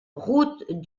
route